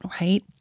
right